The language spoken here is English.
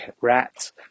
rats